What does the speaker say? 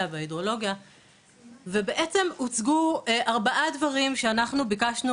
וההידרולוגיה ובעצם הוצגו ארבעה דברים שאנחנו ביקשנו